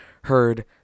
heard